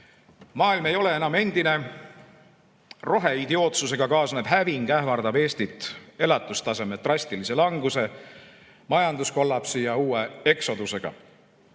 Maailm ei ole enam endine. Roheidiootsusega kaasnev häving ähvardab Eestit elatustaseme drastilise languse, majanduskollapsi ja uueexodus'ega.